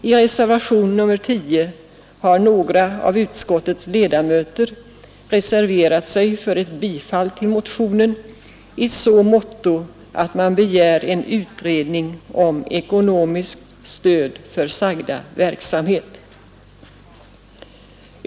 I reservationen 10 har några av utskottets ledamöter reserverat sig för ett bifall till motionen i så måtto som att man begär en utredning om ekonomiskt stöd till sagda verksamhet.